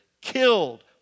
killed